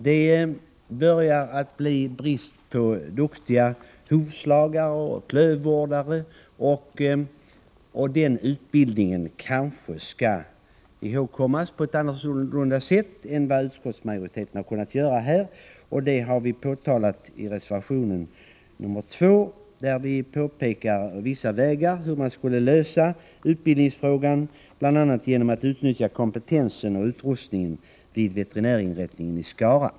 Det börjar bli brist på duktiga hovslagare och klövvårdare, och utbildningen av sådana bör lösas på ett annorlunda sätt än utskottsmajoriteten föreslagit. Vi har påtalat det i reservation 2, där vi har angett vissa vägar för att lösa utbildningsfrågan — bl.a. kan man utnyttja kompetensen och utrustningen vid veterinärinrättningen i Skara.